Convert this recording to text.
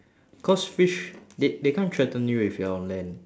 cause fish they they can't threaten you if you're on land